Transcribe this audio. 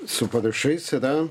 su parašais yra